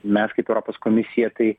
mes kaip europos komisija tai